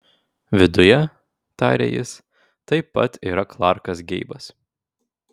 viduje tarė jis taip pat yra klarkas geibas